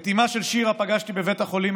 את אימה של שירה פגשתי בבית החולים,